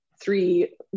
three